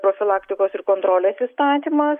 profilaktikos ir kontrolės įstatymas